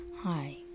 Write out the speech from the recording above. Hi